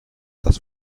das